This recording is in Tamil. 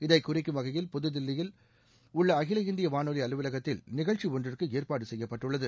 இதை குறிக்கும் வகையில் புதுதில்லியில் உள்ள அகில இந்திய வானொலி அலுவலகத்தில் நிகழ்ச்சி ஒன்றுக்கு ஏற்பாடு செய்யப்பட்டுள்ளது